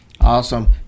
Awesome